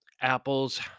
apples